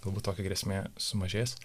galbūt tokia grėsmė sumažės